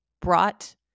brought